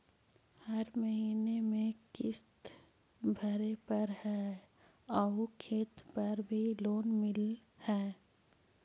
हर महीने में किस्त भरेपरहै आउ खेत पर भी लोन मिल है?